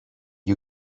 you